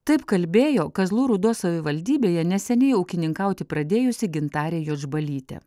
taip kalbėjo kazlų rūdos savivaldybėje neseniai ūkininkauti pradėjusi gintarė juodžbalytė